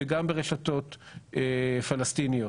וגם ברשתות פלסטיניות.